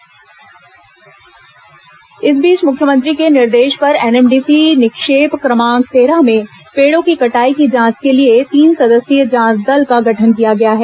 one कटाई समिति गठित इस बीच मुख्यमंत्री के निर्देश पर एनएमडीसी निक्षेप क्रमांक तेरह में पेड़ों की कटाई की जांच के लिए तीन सदस्यीय जांच दल का गठन किया गया है